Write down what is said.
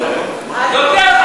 הללו.